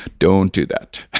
don't do that.